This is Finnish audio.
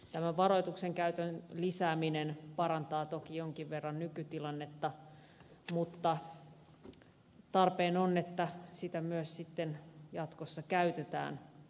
tämän varoituksen käytön lisääminen parantaa toki jonkin verran nykytilannetta mutta tarpeen on että sitä myös jatkossa käytetään